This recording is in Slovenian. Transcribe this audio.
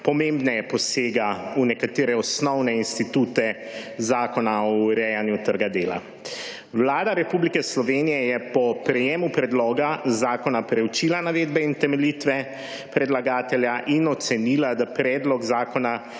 pomembneje posega v nekatere osnovne institute Zakona o urejanju trga dela. Vlada Republike Slovenije je po prejemu predloga zakona preučila navedbe in utemeljitve predlagatelja in ocenila, da predlog zakona